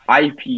IP